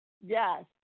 yes